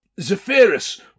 Zephyrus